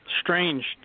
strange